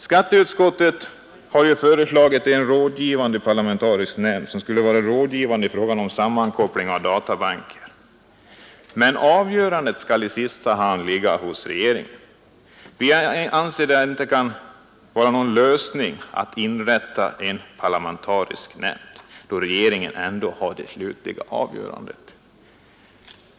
Skatteutskottet har föreslagit en parlamentarisk nämnd, som skulle vara rådgivande i fråga om sammankoppling av databanker, men avgörandet skall i sista hand ligga hos regeringen. Vi anser att det inte kan vara någon lösning att inrätta en parlamentarisk nämnd, då regeringen ändå skall ha det slutliga avgörandet.